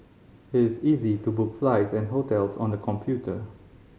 it is easy to book flights and hotels on the computer